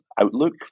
outlook